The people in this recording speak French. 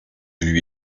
lui